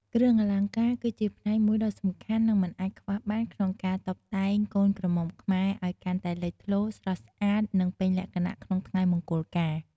គ្រឿងអលង្ការគឺជាផ្នែកមួយដ៏សំខាន់ និងមិនអាចខ្វះបានក្នុងការតុបតែងកូនក្រមុំខ្មែរ ឲ្យកាន់តែលេចធ្លោ ស្រស់ស្អាត និងពេញលក្ខណៈក្នុងថ្ងៃមង្គលការ។